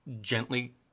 gently